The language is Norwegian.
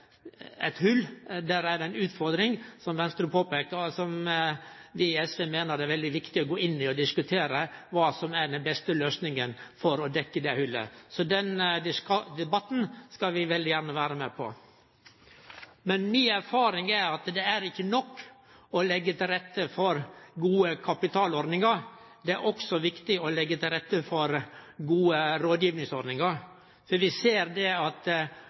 eit lån, er det eit hol, ei utfordring, som Venstre påpeikar, og som vi i SV meiner det er veldig viktig å gå inn i, for å diskutere kva som er den beste løysinga for å dekkje det holet. Den debatten skal vi veldig gjerne vere med på. Mi erfaring er at det ikkje er nok å leggje til rette for gode kapitalordningar. Det er også viktig å leggje til rette for gode rådgivingsordningar. For vi ser at